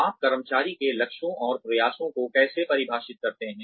आप कर्मचारी के लक्ष्यों और प्रयासों को कैसे परिभाषित करते हैं